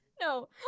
No